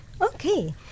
Okay